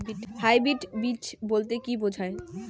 Hybrid বীজ বলতে কী বোঝায়?